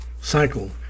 cycle